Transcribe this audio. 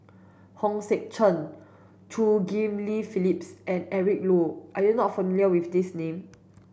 Hong Sek Chern Chew Ghim Lian Phyllis and Eric Low are you not familiar with these names